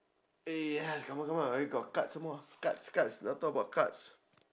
eh haiz come on come on I already got cards some more cards cards now talk about cards